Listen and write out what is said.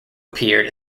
appeared